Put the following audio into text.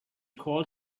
called